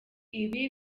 ibi